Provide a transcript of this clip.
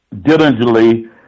diligently